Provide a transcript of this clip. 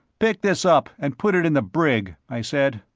pick this up and put it in the brig, i said.